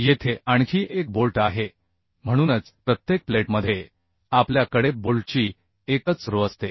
येथे आणखी एक बोल्ट आहे म्हणूनच प्रत्येक प्लेटमध्ये आपल्या कडे बोल्टची एकच रो असते